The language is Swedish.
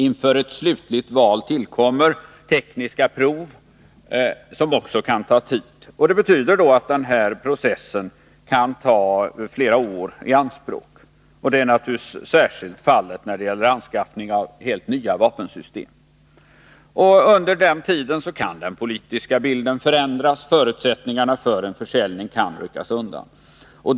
Inför ett slutligt val tillkommer tekniska prov, som också kan ta tid. Det betyder att processen kan ta flera år i anspråk. Så är naturligtvis fallet när det gäller anskaffning av helt nya vapensystem. Under tiden kan den politiska bilden förändras. Förutsättningarna för en försäljning kan ryckas undan.